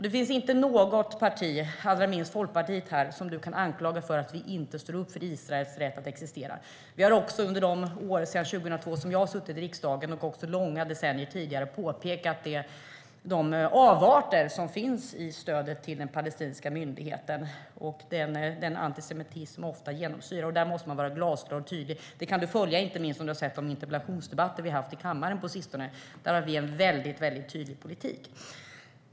Det finns inte något parti här - allra minst Liberalerna - som du, Julia Kronlid, kan anklaga för att inte stå upp för Israels rätt att existera. Vi har också under de år sedan 2002 då jag har suttit i riksdagen, men även under flera decennier tidigare, påpekat de avarter som finns i fråga om stödet till den palestinska myndigheten och den antisemitism som detta ofta genomsyras av. Där måste man vara glasklar och tydlig. Det kan du följa, inte minst om du har följt de interpellationsdebatter som vi har haft i kammaren på sistone. Där har vi en mycket tydlig politik.